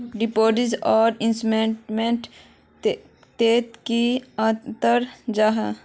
Deposit आर investment तोत की अंतर जाहा?